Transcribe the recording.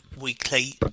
weekly